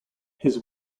his